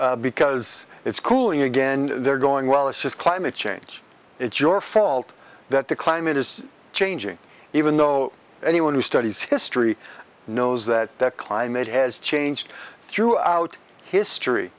because it's cooling again they're going well it's just climate change it's your fault that the climate is changing even though anyone who studies history knows that that climate has changed throughout history